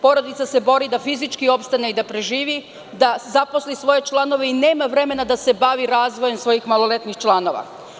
Porodica se bori da fizički opstane i da preživi, da zaposli svoje članove i nema vremena da se bavi razvojem svojih maloletnih članova.